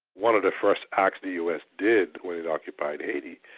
one of the first acts the us did when it occupied haiti,